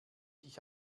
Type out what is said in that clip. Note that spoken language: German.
dich